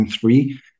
three